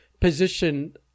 position